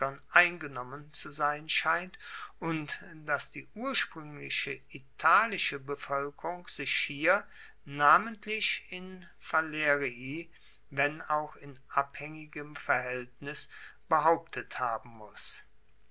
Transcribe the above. eingenommen zu sein scheint und dass die urspruengliche italische bevoelkerung sich hier namentlich in falerii wenn auch in abhaengigem verhaeltnis behauptet haben muss